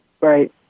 Right